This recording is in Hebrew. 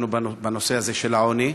ועסקנו בנושא הזה, של העוני.